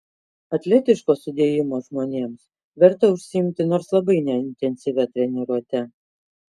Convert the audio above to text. atletiško sudėjimo žmonėms verta užsiimti nors labai neintensyvia treniruote